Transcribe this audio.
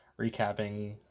recapping